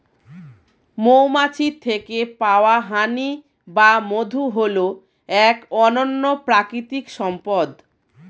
মৌমাছির থেকে পাওয়া হানি বা মধু হল এক অনন্য প্রাকৃতিক সম্পদ